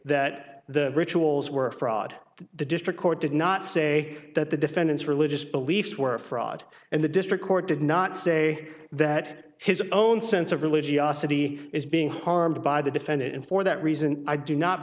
that the rituals were a fraud the district court did not say that the defendants religious beliefs were a fraud and the district court did not say that his own sense of religiosity is being harmed by the defendant and for that reason i do not